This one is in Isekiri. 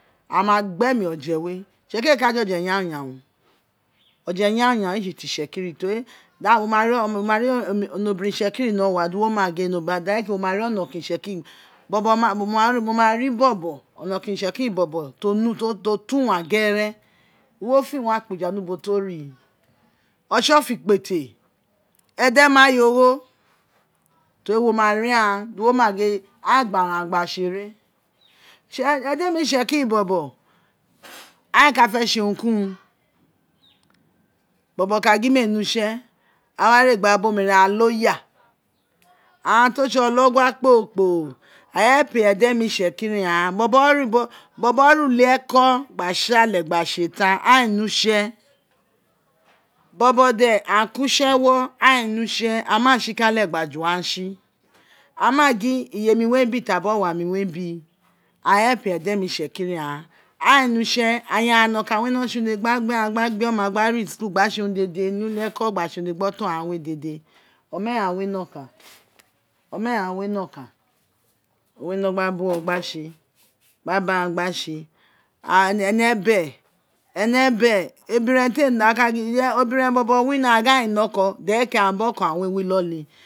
Aghan ma gbo emi oje we itsekiri ee ka je oje yanyan oje ya yan ee tse ti itsekiri teri wi ma ri wi ma ri ono biren itsekiri no wa di wo ma gin dereke wo ma ri onokeren itsekiri mo ma ri bobo onokeren itsekiri bobo to uwan ghere wo fi wun akuja ni ubo to ri otsefikpete edemayogho teri wo ma ri aghan di wo ma gin aghan ain gba ara agba gba tse are edoma itsekiri bobo ain ka fe tse urun ki urun bobo ka gin mee ne utse aghan ma re gba ra bo omere aghan gba leyal aghan to tse ologua kporo kporo aghan help edema itsekiri ghan bobo re bobo ne ulieko gba tsale gba tse tab aghan ee ne utse bobo aghan ko utse ewo aghan ee ne utse aghan maa tsi t kale gba juagha tsi aghan maa gin iyeri re be febi owa mi re bi agha help edema itsekiri ghan aghan ee re utse aya aghan nokan owun re no tse urun gba gbe aghan gba gbe oma gba re school gba tse urun dede mi ulieko gba tse urun dede gbe omeghia we dede omeghan weo nokan omeghan we nokan we nogba buwo gba tse gba ka agha gba tse ene be ene be ebiren te a ka gin obiren bobo wino a gin aghan ee ne oko dereke aghan biri oko oko aghan re wi iloli